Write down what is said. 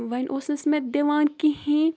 وۄَنۍ اوس نہ سُہ مےٚ دِوان کِہیٖنۍ